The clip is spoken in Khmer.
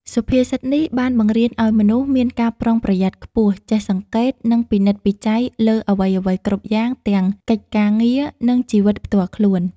សុភាសិតនេះ បានបង្រៀនឱ្យមនុស្សមានការប្រុងប្រយ័ត្នខ្ពស់ ចេះសង្កេត និងពិនិត្យពិច័យលើអ្វីៗគ្រប់យ៉ាង ទាំងកិច្ចការងារ និងជីវិតផ្ទាល់ខ្លួន។